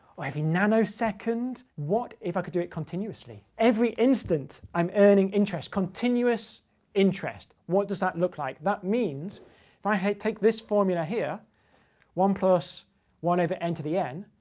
or every nanosecond. what if i could do it continuously? every instant i'm earning interest. continuous interest. what does that look like? that means if i take this formula here one plus one over n to the n,